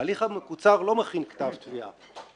ההליך המקוצר לא מכין כתב תביעה.